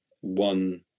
one